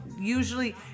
usually